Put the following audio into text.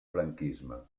franquisme